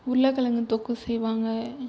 உருளை கிழங்கு தொக்கு செய்வாங்கள்